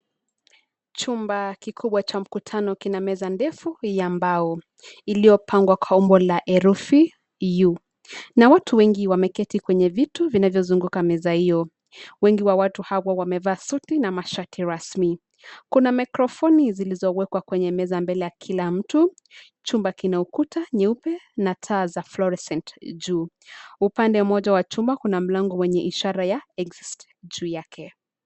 Chumba kikubwa cha mkutano kina meza ndefu ya mbao iliyopangwa kwa umbo la herufi U. Na watu wengi wameketi kwenye viti vinavyozunguka meza hio. Wengi wa watu hawa wamevaa suti na mashati rasmi. Kuna mikrofoni zilizowekwa kwenye meza mbele ya kila mtu. Chumba kina ukuta nyeupe na taa za fluorescent juu. Upande moja wa chumba kuna mlango wenye ishara ya exit juu yake.